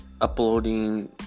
uploading